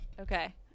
Okay